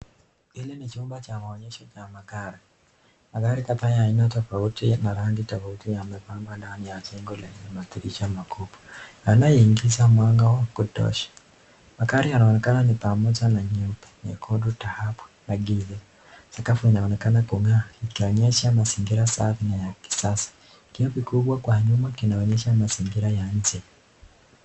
Hili ni chumba cha maonyesho cha magari, magari kadhaa ya aina tofauti na rangi tofauti yamepangwa ndani ya jengo lenye madirisha makubwa, anayeingiza wa kutosha, magari yanaonekana pamoja na nyeupe, nyekundu, dhahabu na giza. Sakafu inaonekana kungaa ikionyesha mazingira safi na ya kisasa, kitu kikubwa kwa nyuma kinaonyesha mazingira ya nje.